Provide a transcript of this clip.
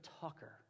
talker